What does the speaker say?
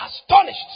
astonished